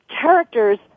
characters